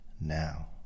Now